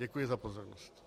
Děkuji za pozornost.